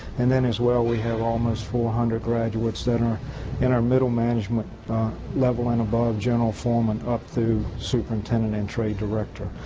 and then as well, we have almost four hundred graduates that are in our middle management level and above, general foremen up through superintendent and trade director.